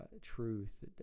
truth